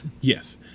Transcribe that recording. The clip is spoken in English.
Yes